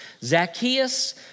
Zacchaeus